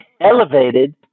elevated